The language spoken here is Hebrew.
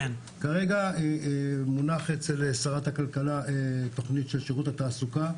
כרגע מונחת אצל שרת הכלכלה תוכנית של שירות התעסוקה,